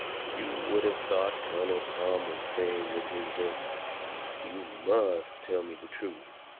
you would of thought colonel tom was saying with his look you must tell me the truth.